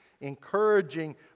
encouraging